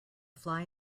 fly